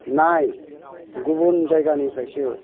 नाय गुबुन जायगानिफ्राइसो